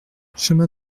chemin